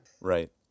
Right